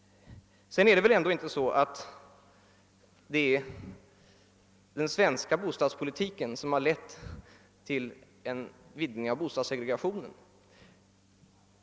Det är väl ändå inte den svenska bostadspolitiken som har lett till vidgningen av bostadssegregationen.